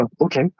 Okay